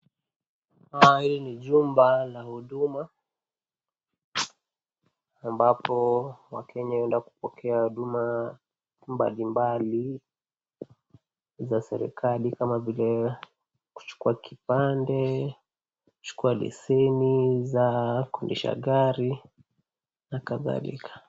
Hii ni jumba la huduma, ambapo Wakenya huenda kupokea huduma mbali mbali za serikari, kama vile kuchukua kipande, kuchukua leseni za kuendesha gari, na kadhalika.